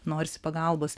norisi pagalbos